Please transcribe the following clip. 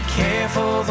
careful